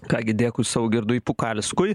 ką gi dėkui daugirdui pukalskui